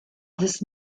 this